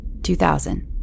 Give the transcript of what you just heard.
2000